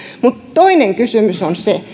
toinen kysymys koskee sitä